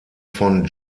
von